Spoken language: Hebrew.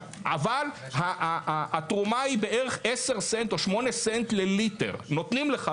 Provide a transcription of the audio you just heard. אבל התרומה היא בערך 10 סנט או 8 סנט לליטר שנותנים לך.